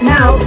Now